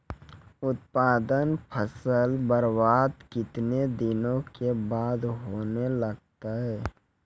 उत्पादन फसल बबार्द कितने दिनों के बाद होने लगता हैं?